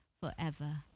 forever